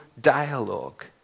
dialogue